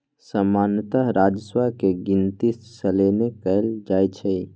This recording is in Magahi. सामान्तः राजस्व के गिनति सलने कएल जाइ छइ